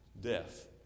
Death